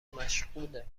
مشغوله